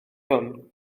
hwn